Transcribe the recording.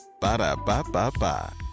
Ba-da-ba-ba-ba